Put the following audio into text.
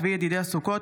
צבי ידידיה סוכות,